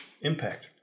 Impact